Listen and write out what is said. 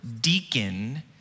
deacon